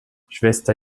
schwester